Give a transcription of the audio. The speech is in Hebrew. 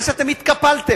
זה שאתם התקפלתם,